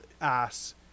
ass